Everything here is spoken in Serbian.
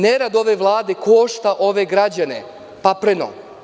Nerad ove Vlade košta ove građane papreno.